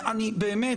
אני באמת,